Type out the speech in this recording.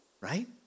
right